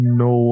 no